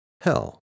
Hell